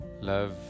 love